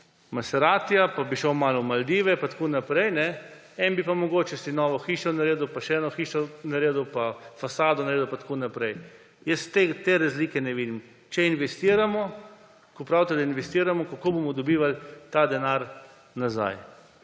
Maseratija pa bi šel malo na Maldive pa tako naprej, nekdo bi si pa mogoče novo hišo naredil pa še eno hišo naredil pa fasado naredil pa tako naprej. Jaz te razlike ne vidim. Če investiramo, ker pravite, da investiramo, kako bomo dobivali ta denar nazaj?